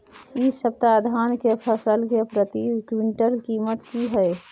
इ सप्ताह धान के फसल के प्रति क्विंटल कीमत की हय?